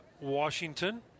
Washington